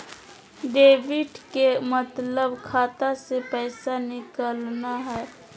debit के मतलब खाता से पैसा निकलना हय